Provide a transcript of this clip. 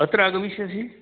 अत्र आगमिष्यसि